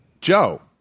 joe